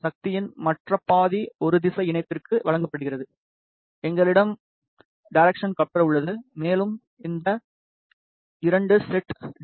சக்தியின் மற்ற பாதி ஒரு திசை இணைப்பிற்கு வழங்கப்படுகிறது எங்களிடம் டைரேக்சன் கப்லர் உள்ளது மேலும் இந்த 2 செட் டி